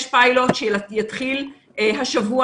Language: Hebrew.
יש פיילוט שיתחיל השבוע,